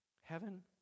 heaven